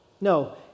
No